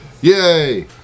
Yay